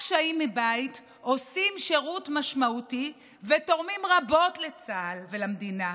קשיים מבית עושים שירות משמעותי ותורמים רבות לצה"ל ולמדינה.